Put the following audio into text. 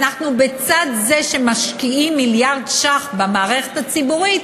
בצד זה שאנחנו משקיעים מיליארד ש"ח במערכת הציבורית